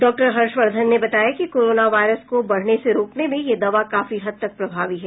doctor Harshvardhan ने बताया कि कोरोना वायरस को बढने से रोकने में यह दवा काफी हद तक प्रभावी है